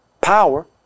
power